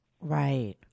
Right